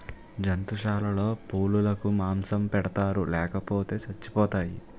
జంతుశాలలో పులులకు మాంసం పెడతారు లేపోతే సచ్చిపోతాయి